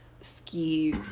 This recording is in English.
ski